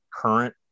current